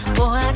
Boy